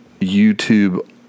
YouTube